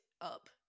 up